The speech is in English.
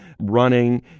Running